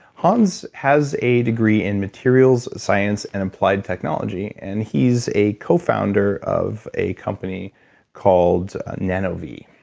hans has a degree in materials science and applied technology and he's a co-founder of a company called nanovi,